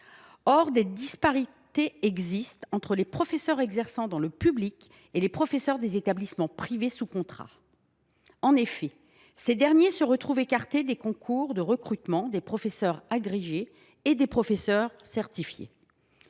des disparités existent entre les professeurs exerçant dans le public et les professeurs des établissements privés sous contrat. En effet, ces derniers se retrouvent écartés des concours de recrutement des professeurs agrégés (Prag) et des professeurs certifiés